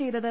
ചെയ്തത്